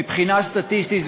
מבחינה סטטיסטית,